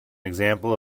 example